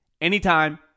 anytime